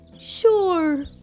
Sure